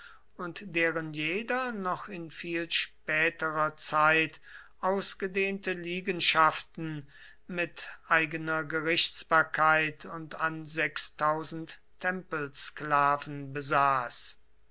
und deren jeder noch in viel späterer zeit ausgedehnte liegenschaften mit eigener gerichtsbarkeit und an sechstausend tempelsklaven besaß